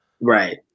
Right